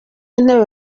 intebe